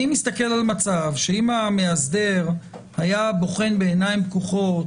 אני מסתכל על מצב שאם המאסדר היה בוחן בעיניים פקוחות